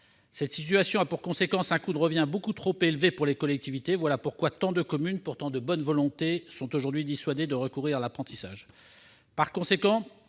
Cette situation a pour conséquence un coût de revient beaucoup trop élevé pour les collectivités. C'est pourquoi tant de communes, pourtant de bonne volonté, sont aujourd'hui dissuadées de recourir à l'apprentissage. Le Gouvernement